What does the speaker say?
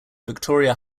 victoria